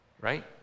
right